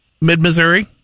mid-Missouri